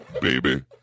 baby